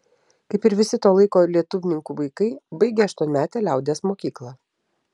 kaip ir visi to laiko lietuvininkų vaikai baigė aštuonmetę liaudies mokyklą